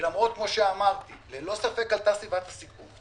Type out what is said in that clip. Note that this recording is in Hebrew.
ולמרות מה שאמרתי, ללא ספק עלתה סביבת הסיכון.